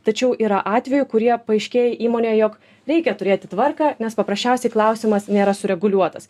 tačiau yra atvejų kurie paaiškėja įmonėje jog reikia turėti tvarką nes paprasčiausiai klausimas nėra sureguliuotas